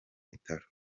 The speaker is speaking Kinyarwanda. bitaro